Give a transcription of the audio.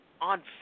on